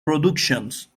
productions